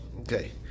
Okay